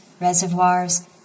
reservoirs